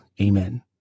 Amen